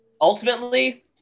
ultimately